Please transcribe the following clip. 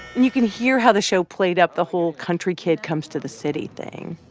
and you can hear how the show played up the whole country-kid-comes-to-the-city thing.